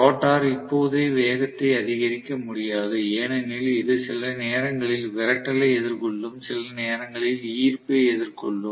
rotor இப்போதே வேகத்தை அதிகரிக்க முடியாது ஏனெனில் இது சில நேரங்களில் விரட்டலை எதிர்கொள்ளும் சில நேரங்களில் ஈர்ப்பை எதிர்கொள்ளும்